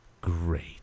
great